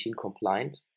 compliant